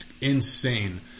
insane